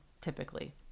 typically